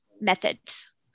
methods